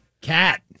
Cat